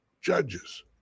judges